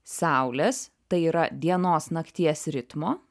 saulės tai yra dienos nakties ritmo